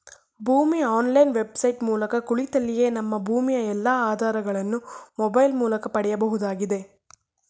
ಭೂಮಿ online website ಮೂಲಕ ಕುಳಿತಲ್ಲಿಯೇ ನಮ್ಮ ಭೂಮಿಯ ಎಲ್ಲಾ ಆಧಾರಗಳನ್ನು ಮೊಬೈಲ್ ಮೂಲಕ ಪಡೆಯಬಹುದಾಗಿದೆ